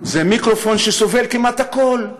זה מיקרופון שסובל כמעט הכול,